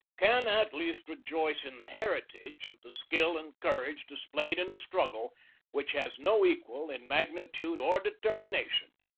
can at least rejoice in the heritage of the skill and courage displayed in a struggle which has no equal in magni tude or determination,